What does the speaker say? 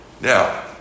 Now